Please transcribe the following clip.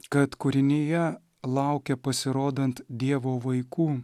kad kūrinija laukia pasirodant dievo vaikų